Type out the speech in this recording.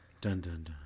Dun-dun-dun